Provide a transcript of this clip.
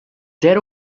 dead